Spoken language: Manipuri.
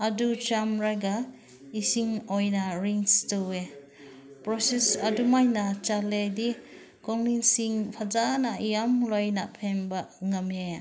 ꯑꯗꯨ ꯆꯥꯝꯃꯒ ꯏꯁꯤꯡ ꯑꯣꯏꯅ ꯔꯤꯟꯁ ꯇꯧꯏ ꯄ꯭ꯔꯣꯁꯦꯁ ꯑꯗꯨꯃꯥꯏꯅ ꯆꯠꯂꯗꯤ ꯀꯣꯜꯂꯤꯛꯁꯤꯡ ꯐꯖꯅ ꯌꯥꯝ ꯂꯣꯏꯅ ꯐꯦꯡꯕ ꯉꯝꯃꯤ